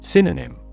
Synonym